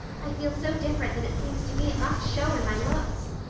i feel so different that it seems to me it must show in my looks.